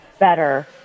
better